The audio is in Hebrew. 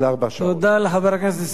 תודה לחבר הכנסת נסים זאב.